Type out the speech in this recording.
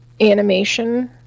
animation